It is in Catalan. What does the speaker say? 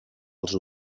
els